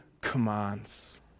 commands